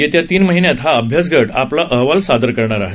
येत्या तीन महिन्यात हा अभ्यासगट आपला अहवाल सादर करणार आहे